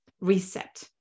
reset